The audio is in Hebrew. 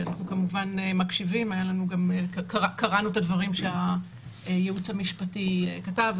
אנחנו כמובן מקשיבים למה שנאמר וגם קראנו את הדברים שהייעוץ המשפטי כתב.